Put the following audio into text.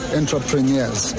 entrepreneurs